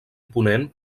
ponent